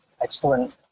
Excellent